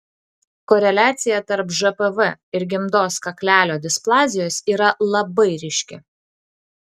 koreliacija tarp žpv ir gimdos kaklelio displazijos yra labai ryški